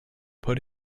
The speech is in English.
put